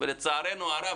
לצערנו הרב,